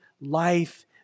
life